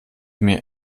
mir